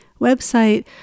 website